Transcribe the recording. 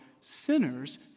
sinners